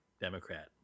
Democrat